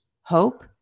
hope